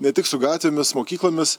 ne tik su gatvėmis mokyklomis